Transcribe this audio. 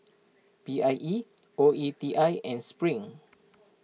P I E O E T I and Spring